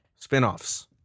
spinoffs